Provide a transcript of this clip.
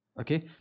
Okay